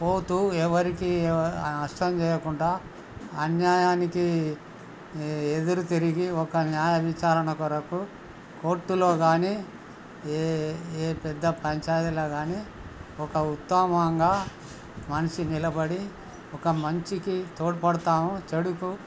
పోతూ ఎవరికీ నష్టం చేయకుండా అన్యాయానికి ఎదురు తిరిగి ఒక న్యాయ విచారణ కొరకు కోర్టులో కానీ ఏ పెద్ద పంచాయతీలో కానీ ఒక ఉత్తమంగా మనిషి నిలబడి ఒక మంచికి తోడ్పడతాము చెడుకు